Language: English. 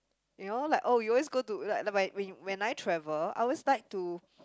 you know like oh you always go to like the when when when I travel I always like to